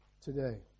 today